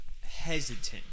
hesitant